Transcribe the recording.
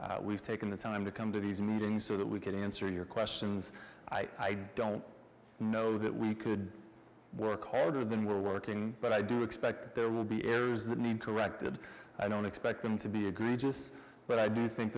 together we've taken the time to come to these meetings so that we can answer your questions i don't know that we could work harder than we're working but i do expect there will be areas that need corrected i don't expect them to be a great just but i do think